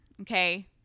Okay